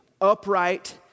upright